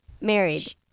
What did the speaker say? Married